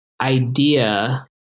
idea